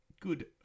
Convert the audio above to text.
good